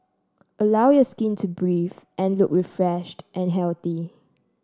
allow your skin to breathe and look refreshed and healthy